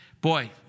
boy